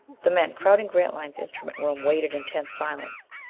the men crowding grantline's instrument room waited in tense silence.